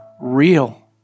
real